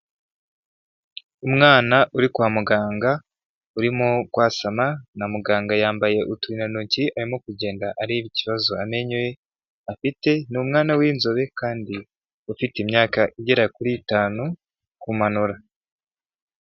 Umwana uri kwa muganga urimo kwasama na muganga yambaye uturindantoki, arimo kugenda areba ikibazo amenyo ye afite, ni umwana w'inzobe kandi ufite imyaka igera kuri itanu kumanura.